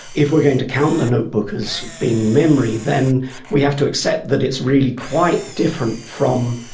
if we're going to count the notebook as being memory, then we have to accept that it's really quite different from,